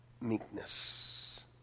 meekness